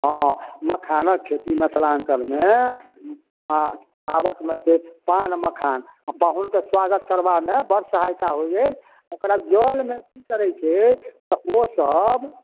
हँ मखानक खेती मिथिलाञ्चलमे आओर आबकमे छै पान मखान पाहुनके सुआगत करबामे बड़ सहायता होइ अछि ओकरा जलमे कि करै छै तऽ ओ सब